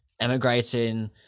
emigrating